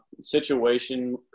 Situation